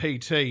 PT